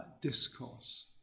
discourse